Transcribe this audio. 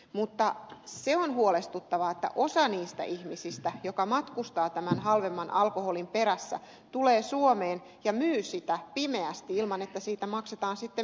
mutta se on huolestuttavaa että jotkut niistä ihmisistä jotka matkustavat tämän halvemman alkoholin perässä tulevat suomeen ja myyvät sitä pimeästi ilman että siitä maksetaan sitten minkäänlaista veroa